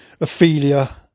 Ophelia